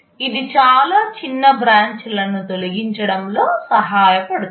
ఇది చాలా చిన్న బ్రాంచ్ లను తొలగించడంలో సహాయపడుతుంది